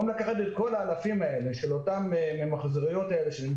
במקום לקחת את כל אלפי המיחזוריות שנמצאות